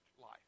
life